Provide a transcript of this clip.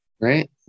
right